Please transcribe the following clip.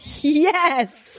Yes